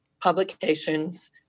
publications